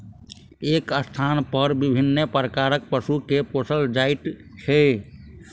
एक स्थानपर विभिन्न प्रकारक पशु के पोसल जाइत छै